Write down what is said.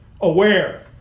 aware